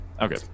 Okay